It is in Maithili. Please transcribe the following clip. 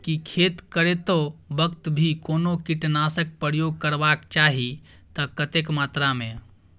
की खेत करैतो वक्त भी कोनो कीटनासक प्रयोग करबाक चाही त कतेक मात्रा में?